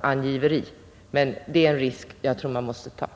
Angiveriaspekten får vi bortse från.